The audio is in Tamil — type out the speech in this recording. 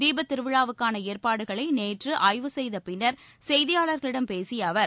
தீபத் திருவிழாவுக்கான ஏற்பாடுகளை நேற்று ஆய்வு செய்த பின்னர் செய்தியாளர்களிடம் பேசிய அவர்